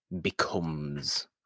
becomes